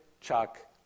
Chuck